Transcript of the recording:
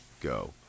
go